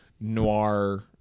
noir